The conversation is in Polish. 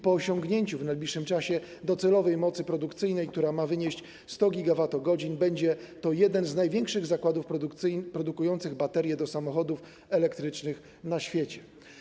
Po osiągnięciu w najbliższym czasie docelowej mocy produkcyjnej, która ma wynieść 100 GWh, będzie to jeden z największych zakładów produkujących baterie do samochodów elektrycznych na świecie.